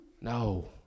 no